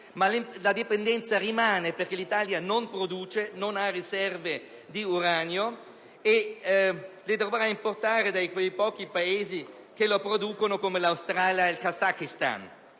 ma la dipendenza rimane, perché l'Italia non produce, non ha riserve di uranio e lo dovrà importare da quei pochi Paesi che lo producono, come l'Australia e il Kazakistan.